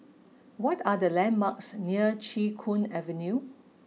what are the landmarks near Chee Hoon Avenue